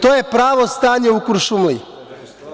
To je pravo stanje u Kuršumliji.